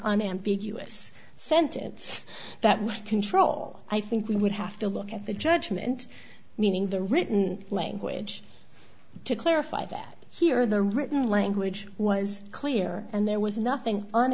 unambiguous sentence that would control i think we would have to look at the judgment meaning the written language to clarify that here the written language was clear and there was nothing on